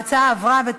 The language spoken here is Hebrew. ההצעה להעביר את